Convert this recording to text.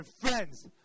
friends